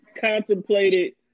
contemplated